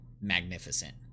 magnificent